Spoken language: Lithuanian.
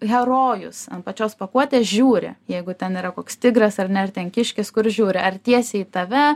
herojus ant pačios pakuotės žiūri jeigu ten yra koks tigras ar ne ar ten kiškis kur žiūri ar tiesiai į tave